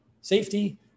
safety